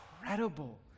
incredible